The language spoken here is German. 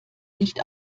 nicht